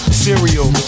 cereal